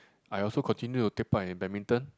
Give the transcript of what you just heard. I also continue to take part in Badminton